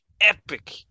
epic